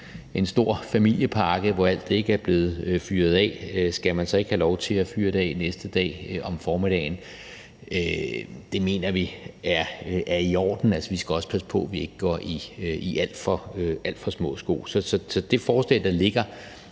en stor familiepakke, hvor alt ikke er blevet fyret af, skal man så ikke have lov til at fyre det af næste dag om formiddagen? Det mener vi er i orden. Altså, vi skal også passe på, at vi ikke går i alt for små sko. Så det forslag, der ligger